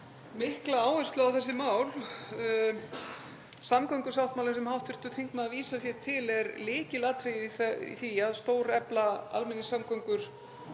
mikla áherslu á þessi mál. Samgöngusáttmálinn sem hv. þingmaður vísar til er lykilatriði í því að stórefla almenningssamgöngur